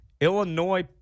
Illinois